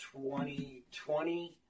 2020